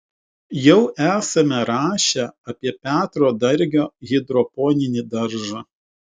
jau esame rašę apie petro dargio hidroponinį daržą